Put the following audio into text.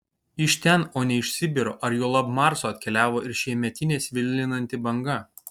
iš ten o ne iš sibiro ar juolab marso atkeliavo ir šiemetinė svilinanti banga